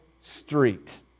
street